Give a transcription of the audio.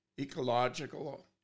Ecological